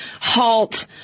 halt